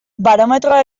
barometroa